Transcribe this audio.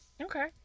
Okay